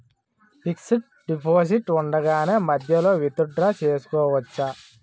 Fixed deposit ఉండగానే మధ్యలో withdraw చేసుకోవచ్చా?